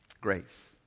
Grace